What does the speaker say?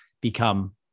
become